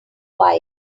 while